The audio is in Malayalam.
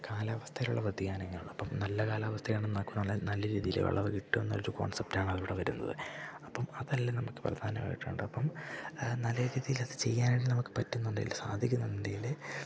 കാലാവസ്ഥയിലുള്ള വ്യതിയാനങ്ങളാണ് അപ്പം നല്ല കാലാവസ്ഥയാണ് നോക്കുവാണെങ്കിൽ നല്ല രീതിയിൽ വിളവ് കിട്ടുന്ന ഒരു കോൺസെപ്റ്റ് ആണ് അവിടെ വരുന്നത് അപ്പം അതല്ല നമ്മൾക്ക് പ്രധാനമായിട്ടും വേണ്ടത് അപ്പം നല്ല രീതിയിൽ അത് ചെയ്യാനായിട്ട് നമ്മൾക്ക് പറ്റുന്നുണ്ടെങ്കിൽ സാധിക്കുന്നുണ്ടെങ്കിൽ